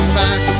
back